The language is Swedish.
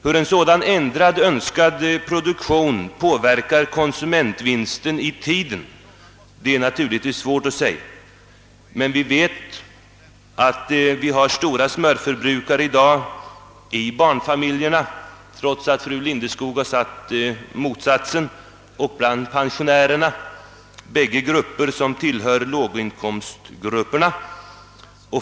Hur en sådan önskad ändrad produktion påverkar konsumentvinsten i framtiden är svårt att säga. Vi vet att vi i dag har stora smörförbrukare i barnfamiljerna — trots att fru Lindskog påstod motsatsen — och bland pensionärerna, båda låginkomstgrupper.